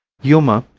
yuma,